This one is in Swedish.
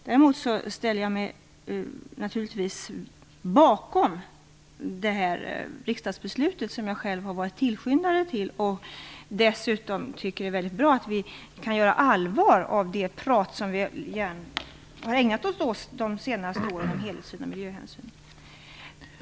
Däremot ställer jag mig naturligtvis bakom det riksdagsbeslut som jag själv har varit tillskyndare till. Dessutom tycker jag att det är mycket bra att vi kan göra allvar av det prat som vi har ägnat oss åt de senaste åren, om helhetssyn och miljöhänsyn.